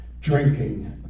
drinking